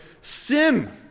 sin